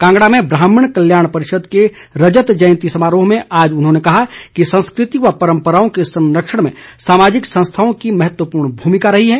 कांगड़ा में ब्राह्मण कल्याण परिषद के रजत जयंती समारोह में आज उन्होंने कहा कि संस्कृति व परंपराओं के संरक्षण में सामाजिक संस्थाओं की महत्वपूर्ण भूमिका रही है